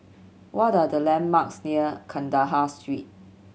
what are the landmarks near Kandahar Street